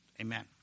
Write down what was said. Amen